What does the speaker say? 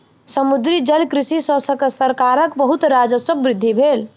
समुद्री जलकृषि सॅ सरकारक बहुत राजस्वक वृद्धि भेल